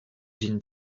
jean